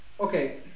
Okay